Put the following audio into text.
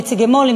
נציגי מו"לים,